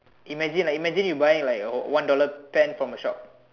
imagine lah imagine you buy like a one dollar pen from a show